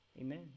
amen